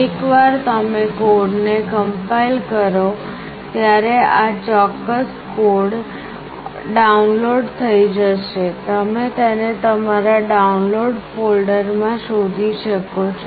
એકવાર તમે કોડને કમ્પાઇલ કરો ત્યારે આ ચોક્કસ કોડ ડાઉનલોડ થઈ જશે તમે તેને તમારા ડાઉનલોડ ફોલ્ડરમાં શોધી શકો છો